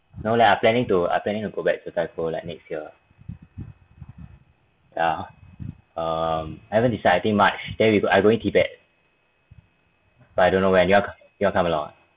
no leh I planning to I planning to go back jiu zhai gou like next year yeah um haven't decide I think march then we I'm going tibet but I don't know when you want you want to come along ah